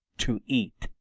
to eat.